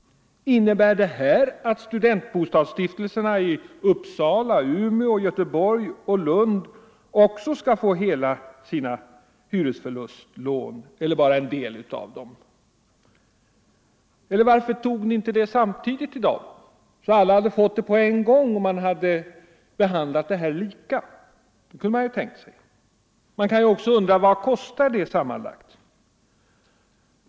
Innebär beslutet att studentbostadsstiftelserna i Uppsala, Umeå, Göteborg och Lund också skall få hela sina hyresförlustlån eller bara en del av dem efterskänkta? Eller varför tog ni inte upp även den frågan i dag, så att alla hade fått eftergift på en gång och alla hade blivit lika behandlade? Man kan ju också undra vad dessa eftergifter skulle kosta sammanlagt.